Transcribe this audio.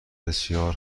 بسیار